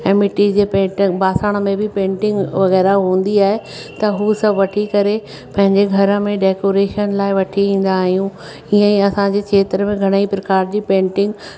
ऐं मिट्टी जे पेंट ॿासण में बि पेंटिंग वग़ैरह हूंदी आहे त हू सभु वठी करे पंहिंजे घर में डेकोरेशन लाइ वठी ईंदा आहियूं ईअं ई असांजे खेत्र में घणेईं प्रकार जी पेंटिंग